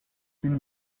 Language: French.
une